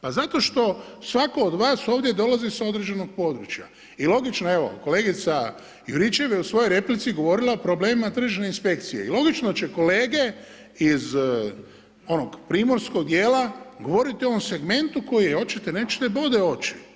Pa zato što svatko od vas ovdje dolazi sa određenog područja i logično, evo, kolegica Juričev je u svojoj replici govorila o problemima tržišne inspekcije, i logično će kolege iz onog primorskog dijela govoriti o ovom segmentu koji hoćete-nećete, bode oči.